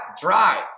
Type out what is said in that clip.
drive